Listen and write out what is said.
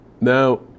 Now